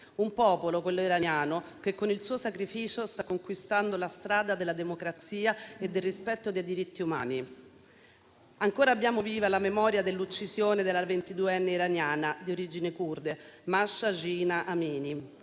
un popolo, quello iraniano, che con il suo sacrificio sta conquistando la strada della democrazia e del rispetto dei diritti umani. Ancora abbiamo viva la memoria dell'uccisione della ventiduenne iraniana di origine curde, Mahsa Zina Amini,